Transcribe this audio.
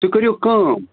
تُہۍ کٔرِو کٲم